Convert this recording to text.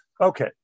okay